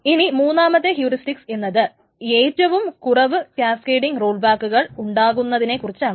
ഇനി മൂന്നാമത്തെ ഹ്യൂറിസ്റ്റിക്സ് എന്നത് ഏറ്റവും കുറവ് കാസ്കെഡിങ് റോൾബാക്കുകൾ ഉണ്ടാക്കുന്നതിനെയാണ്